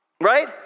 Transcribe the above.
right